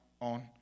on